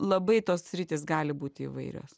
labai tos sritys gali būti įvairios